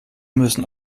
müssen